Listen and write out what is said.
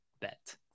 bet